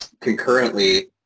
Concurrently